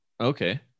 Okay